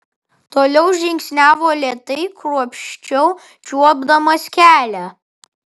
toliau žingsniavo lėtai kruopščiau čiuopdamas kelią